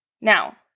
Now